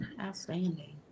Outstanding